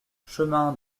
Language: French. chemin